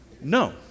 No